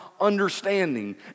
understanding